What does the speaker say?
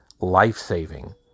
life-saving